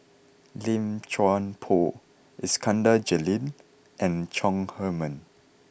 Lim Chuan Poh Iskandar Jalil and Chong Heman